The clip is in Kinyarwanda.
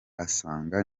asanga